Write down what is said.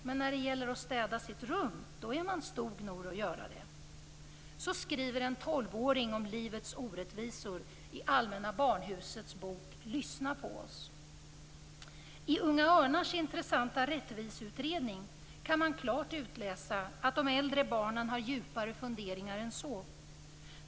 Men när det gäller att städa sitt rum, då är man stor nog att göra det." Så skriver en tolvåring om livets orättvisor i Allmänna barnhusets bok Lyssna på oss. I Unga Örnars intressanta rättviseutredning kan man klart utläsa att de äldre barnen har djupare funderingar än så.